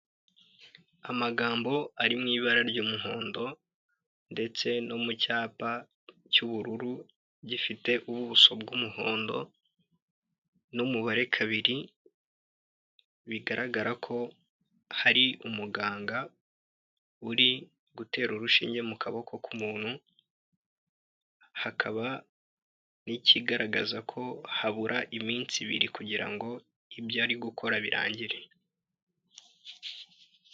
Amagambo ari mu ibara ry'umuhondo ndetse no mu cyapa cy'ubururu gifite ubuso bw'umuhondo n'umubare kabiri bigaragara ko hari umuganga uri gutera urushinge mu kaboko k'umuntu, hakaba n'ikigaragaza ko habura iminsi ibiri kugira ngo ibyo ari gukora birangire.